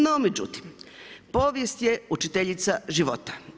No, međutim, povijest je učiteljica života.